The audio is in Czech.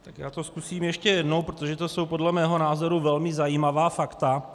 Tak já to zkusím ještě jednou, protože to jsou podle mého názoru velmi zajímavá fakta.